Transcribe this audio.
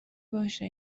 باشه